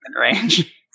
range